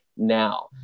now